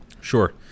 Sure